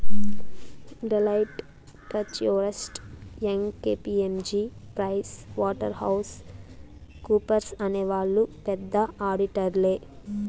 Deloitte, Touche Ernst, Young KPMG Price Waterhouse కూపర్స్అనే వాళ్ళు పెద్ద ఆడిటర్లే